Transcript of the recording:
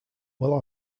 will